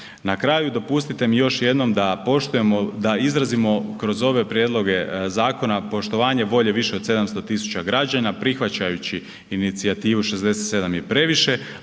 Na kraju, dopustite mi još jednom da poštujemo, da izrazimo kroz ove prijedloge zakona poštovanje volje više od 700 000 građana prihvaćajući inicijativu 67 je previše,